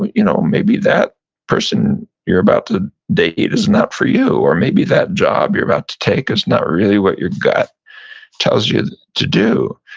you know maybe that person you're about to date is not for you or maybe that job you're about to take is not really what your gut tells you to do.